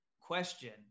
question